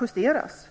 justeras.